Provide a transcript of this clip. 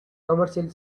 commercially